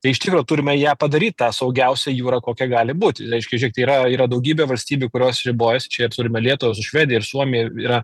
tai iš tikro turime ją padaryt tą saugiausia jūra kokia gali būt reiškia žėkit yra yra daugybė valstybių kurios ribojasi čia ir turime lietuvą su švedija ir suomija ir yra